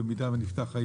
במידה שייפתח.